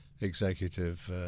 executive